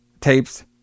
tapes